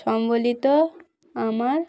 সম্বলিত আমার